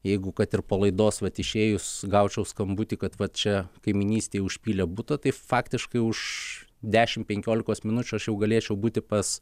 jeigu kad ir po laidos vat išėjus gaučiau skambutį kad va čia kaimynystėj užpylė butą tai faktiškai už dešim penkiolikos minučių aš jau galėčiau būti pas